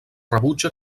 rebutja